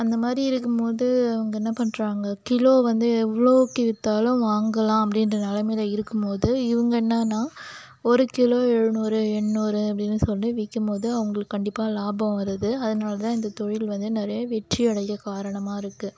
அந்தமாதிரி இருக்கும்மோது அவங்க என்ன பண்ணுறாங்க கிலோ வந்து எவ்வளோக்கி விற்றாலும் வாங்கலாம் அப்படின்ற நிலமைல இருக்கும்மோது இவங்க என்னான்னா ஒரு கிலோ ஏழுநூறு எண்ணூறு அப்படின்னு சொல்லி விக்கும்போது அவங்களுக்கு கண்டிப்பாக லாபம் வருது அதனால் தான் இந்த தொழில் வந்து நிறைய வெற்றியடைய காரணமாக இருக்கு